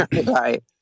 Right